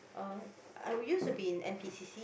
uh I used to be in n_p_c_c